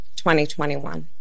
2021